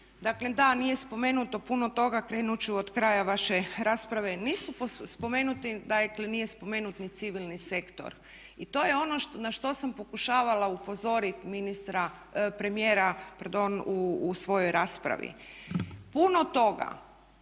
Daklem da, nije spomenuto puno toga. Krenut ću od kraja vaše rasprave. Nisu spomenuti, dakle nije spomenut ni civilni sektor i to je ono na što sam pokušavala upozoriti ministra, premijera pardon u svojoj raspravi. Puno toga